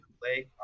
play